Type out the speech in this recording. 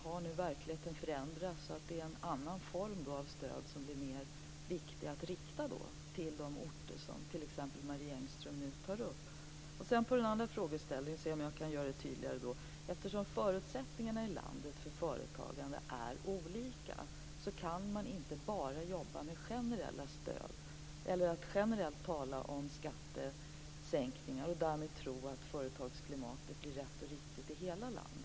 Har verkligheten kanske förändrats så att det är en annan form av stöd som blir mer viktig att rikta till de orter som t.ex. Marie Engström nu tar upp? Jag ska försöka göra svaret på den andra frågeställningen tydligare. Eftersom förutsättningarna i landet för företagande är olika kan man inte bara jobba med generella stöd eller generellt tala om skattesänkningar och därmed tro att företagsklimatet blir rätt och riktigt i hela landet.